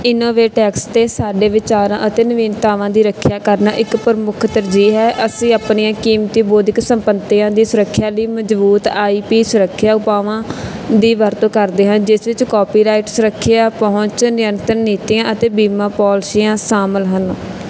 InnovateX 'ਤੇ ਸਾਡੇ ਵਿਚਾਰਾਂ ਅਤੇ ਨਵੀਨਤਾਵਾਂ ਦੀ ਰੱਖਿਆ ਕਰਨਾ ਇੱਕ ਪ੍ਰਮੁੱਖ ਤਰਜੀਹ ਹੈ ਅਸੀਂ ਆਪਣੀਆਂ ਕੀਮਤੀ ਬੌਧਿਕ ਸੰਪਤੀਆਂ ਦੀ ਸੁਰੱਖਿਆ ਲਈ ਮਜ਼ਬੂਤ ਆਈ ਪੀ ਸੁਰੱਖਿਆ ਉਪਾਵਾਂ ਦੀ ਵਰਤੋਂ ਕਰਦੇ ਹਾਂ ਜਿਸ ਵਿੱਚ ਕਾਪੀਰਾਈਟ ਸੁਰੱਖਿਆ ਪਹੁੰਚ ਨਿਯੰਤਰਣ ਨੀਤੀਆਂ ਅਤੇ ਬੀਮਾ ਪਾਲਿਸੀਆਂ ਸ਼ਾਮਲ ਹਨ